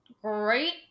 great